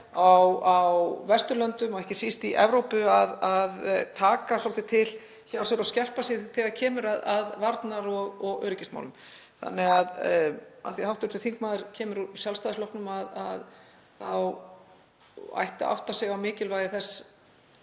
á Vesturlöndum og ekki síst í Evrópu, að taka svolítið til hjá sér og skerpa sig þegar kemur að varnar- og öryggismálum? Hv. þingmaður kemur úr Sjálfstæðisflokknum og ætti að átta sig á mikilvægi þess